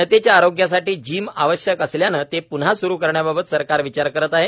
जनतेच्या आरोग्यासाठी जिम आवश्यक असल्यानं ते प्न्हा स्रू करण्याबाबत सरकार विचार करत आहे